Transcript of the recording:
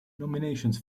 nominations